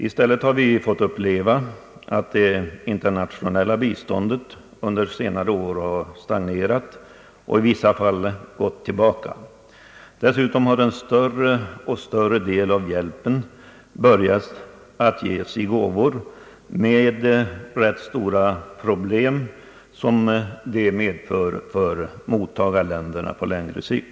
I stället har vi fått uppleva att det internationella biståndet under senare år har stagnerat och i vissa fall gått tillbaka. Dessutom har en allt större del av hjälpen börjat ges i form av gåvor, vilket medför rätt stora problem för mottagarländerna på längre sikt.